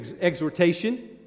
exhortation